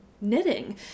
knitting